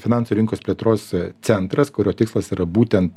finansų rinkos plėtros centras kurio tikslas yra būtent